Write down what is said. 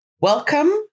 welcome